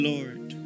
Lord